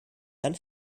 dann